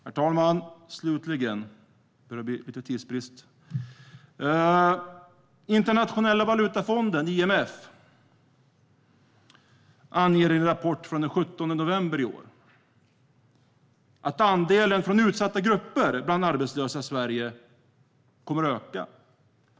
Herr talman! Slutligen - jag börjar få lite tidsbrist: Internationella valutafonden, IMF, anger i en rapport från den 17 november i år att andelen från utsatta grupper bland arbetslösa i Sverige kommer att öka.